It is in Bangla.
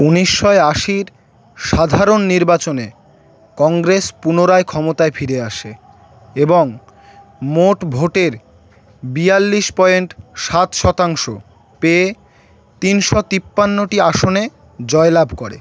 ঊনিশশো আশির সাধারণ নির্বাচনে কংগ্রেস পুনরায় ক্ষমতায় ফিরে আসে এবং মোট ভোটের বিয়াল্লিশ পয়েন্ট সাত শতাংশ পেয়ে তিনশো তিপ্পান্নটি আসনে জয়লাভ করে